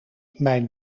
mijn